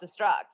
destruct